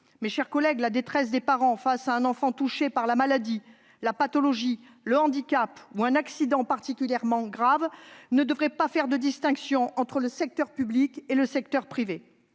Mes chers collègues, la détresse des parents face à un enfant touché par la maladie, la pathologie, le handicap ou un accident particulièrement grave ne devrait pas faire de distinction entre le secteur public et le secteur privé.